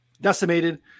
decimated